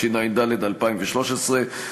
התשע"ד 2013,